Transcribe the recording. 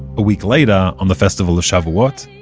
a week later, on the festival of shavuot,